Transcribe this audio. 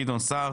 גדעון סער.